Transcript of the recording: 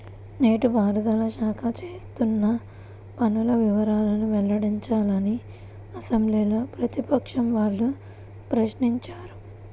నీటి పారుదల శాఖ చేస్తున్న పనుల వివరాలను వెల్లడించాలని అసెంబ్లీలో ప్రతిపక్షం వాళ్ళు ప్రశ్నించారు